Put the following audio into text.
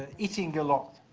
eating a lot.